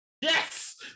Yes